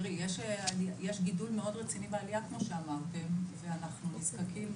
יש גידול מאוד רציני בעליה כמו שאמרתם ואנחנו נזקקים,